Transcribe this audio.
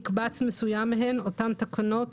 מקבץ מסוים מהן, אותן תקנות